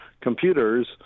computers